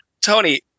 Tony